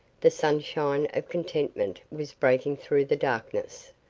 the sunshine of contentment was breaking through the darkness,